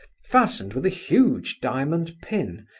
fastened with a huge diamond pin,